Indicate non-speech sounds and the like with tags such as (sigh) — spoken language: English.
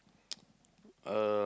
(noise) uh